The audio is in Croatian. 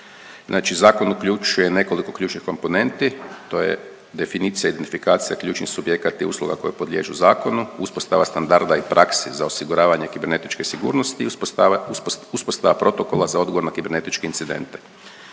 Znači zakon uključuje nekoliko ključnih komponenti, to je definicija i identifikacija ključnih subjekata i usluga koje podliježu zakonu, uspostava standarda i praksi za osiguravanje kibernetičke sigurnosti i uspostava, uspostava protokola za odgovor na kibernetičke incidente.